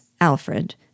Alfred